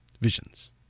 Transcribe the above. Visions